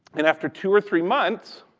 and after two or three months,